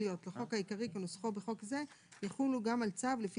- לחוק העיקרי כנוסחו בחוק זה יחולו גם על צו לפי